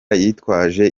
yitwaje